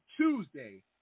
Tuesday